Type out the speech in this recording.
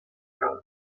cal